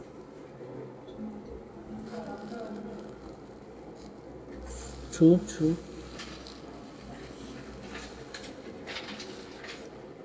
true true